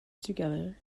together